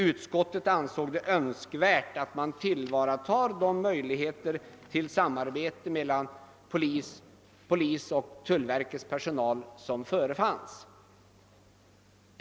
Utskottet ansåg det önskvärt att man tillvaratog de möjligheter till samarbete mellan polis och tullverkets personal som förefanns.